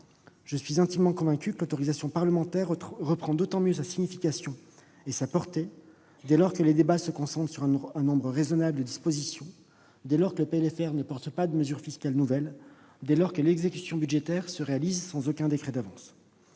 Je suis intimement convaincu que l'autorisation parlementaire reprend d'autant mieux sa signification et sa portée que les débats se concentrent sur un nombre raisonnable de dispositions, que le PLFR ne comprend pas de mesures fiscales nouvelles et que l'exécution budgétaire se réalise sans décret d'avance.